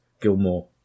Gilmore